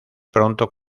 pronto